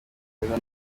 mwiza